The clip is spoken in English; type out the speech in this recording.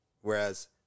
Whereas